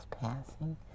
passing